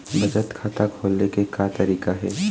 बचत खाता खोले के का तरीका हे?